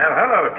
hello